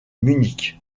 munich